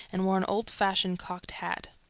and wore an old-fashioned cocked hat.